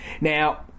now